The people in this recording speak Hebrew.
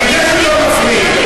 אני יודע שלא מפריד.